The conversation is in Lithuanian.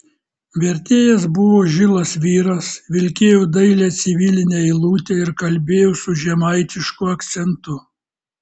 vertėjas buvo žilas vyras vilkėjo dailią civilinę eilutę ir kalbėjo su žemaitišku akcentu